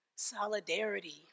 Solidarity